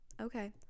Okay